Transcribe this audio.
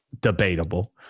debatable